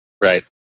Right